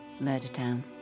MurderTown